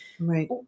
Right